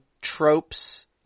tropes